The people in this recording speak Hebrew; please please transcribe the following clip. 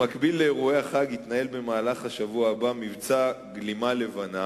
במקביל לאירועי החג יתנהל במהלך השבוע הבא מבצע "גלימה לבנה"